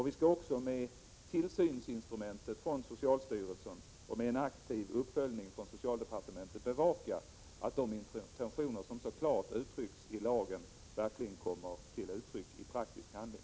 Vi skall också med tillsynsinstrumentet från socialstyrelsen och med aktiv uppföljning från socialdepartementet bevaka att de intentioner som så klart uttrycks i lagen verkligen kommer till uttryck i praktisk handling.